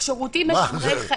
שירותים משמרי חיים.